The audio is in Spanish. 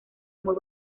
muy